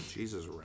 Jesus